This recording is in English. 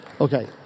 okay